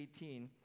18